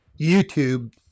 YouTube